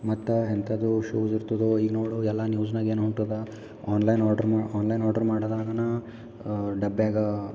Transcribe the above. ಮತ್ತು ಎಂಥದ್ದು ಶೂಸ್ ಇರ್ತದೋ ಈಗ ನೋಡೋ ಎಲ್ಲ ನ್ಯೂಸ್ನಾಗೇನು ಹೊಂಟದ ಆನ್ಲೈನ್ ಆರ್ಡ್ರು ಆನ್ಲೈನ್ ಆರ್ಡ್ರು ಮಾಡಿದ ನಾನು ಡಬ್ಯಾಗ